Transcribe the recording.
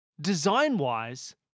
design-wise